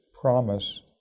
promise